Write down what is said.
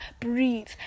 Breathe